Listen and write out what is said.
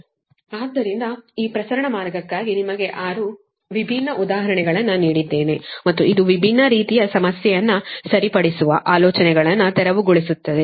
ಆದ್ದರಿಂದ ಈ ಪ್ರಸರಣ ಮಾರ್ಗಕ್ಕಾಗಿ ನಿಮಗೆ ಆರು ವಿಭಿನ್ನ ಉದಾಹರಣೆಗಳನ್ನು ನೀಡಿದ್ದೇನೆ ಮತ್ತು ಇದು ವಿಭಿನ್ನ ರೀತಿಯ ಸಮಸ್ಯೆಯನ್ನು ಸರಿಪಡಿಸುವ ಆಲೋಚನೆಗಳನ್ನು ತೆರವುಗೊಳಿಸುತ್ತದೆ